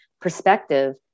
perspective